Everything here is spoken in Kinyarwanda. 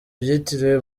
byitiriwe